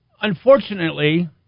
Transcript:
Unfortunately